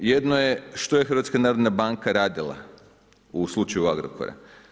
Jedno je što je HNB radila u slučaju Agrokora.